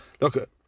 look